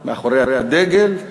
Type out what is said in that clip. מאחורי הדגל,